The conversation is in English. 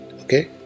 Okay